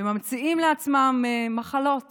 וממציאים לעצמם מחלות